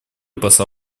посла